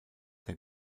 der